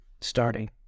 starting